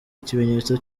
ikimenyetso